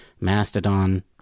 Mastodon